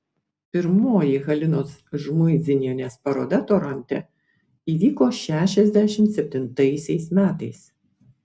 pirmoji halinos žmuidzinienės paroda toronte įvyko šešiasdešimt septintaisiais metais